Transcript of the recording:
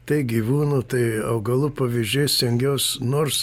tai gyvūnų tai augalų pavyzdžiais stengiaus nors